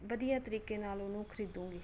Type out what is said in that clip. ਵਧੀਆ ਤਰੀਕੇ ਨਾਲ ਉਹਨੂੰ ਖਰੀਦੂੰਗੀ